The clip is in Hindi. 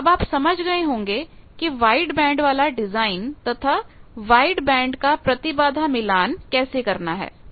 तो अब आप समझ गए होंगे कि वाइड बैंड वाला डिजाइन तथा वाइड बैंड का प्रतिबाधा मिलान कैसे करना है